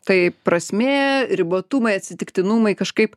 taip prasmė ribotumai atsitiktinumai kažkaip